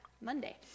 Monday